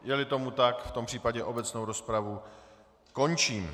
Jeli tomu tak, v tom případě obecnou rozpravu končím.